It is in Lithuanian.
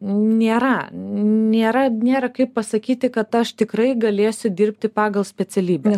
nėra nėra nėra kaip pasakyti kad aš tikrai galėsiu dirbti pagal specialybę